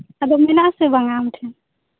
ᱟᱫᱚ ᱢᱮᱱᱟᱜ ᱟᱥᱮ ᱵᱟᱝᱟ ᱟᱢ ᱴᱷᱮᱱ